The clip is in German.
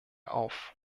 auf